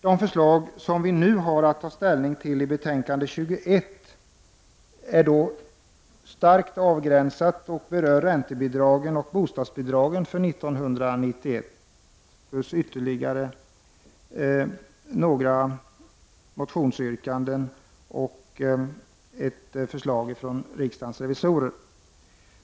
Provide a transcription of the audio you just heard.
De förslag som vi nu har att ta ställning till i betänkande 21 är starkt avgränsade och berör räntebidragen och bostadsbidragen för 1991 plus ytterligare några motionsyrkanden och ett förslag från riksdagens revisorer.